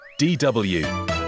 DW